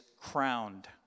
crowned